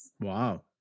Wow